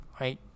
right